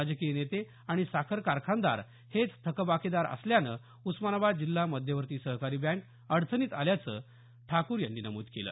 राजकीय नेते आणि साखर कारखानदार हेच थकबाकीदार असल्यामुळे उस्मानाबाद जिल्हा मध्यवर्ती सहकारी बँक अडचणीत असल्याचं ठाकूर यांनी नमूद केलं